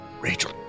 Rachel